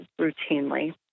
routinely